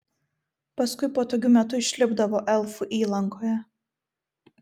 paskui patogiu metu išlipdavo elfų įlankoje